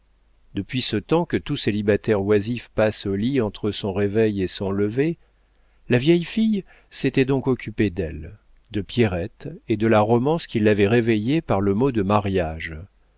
depuis ce temps que tout célibataire oisif passe au lit entre son réveil et son lever la vieille fille s'était donc occupée d'elle de pierrette et de la romance qui l'avait réveillée par le mot de mariage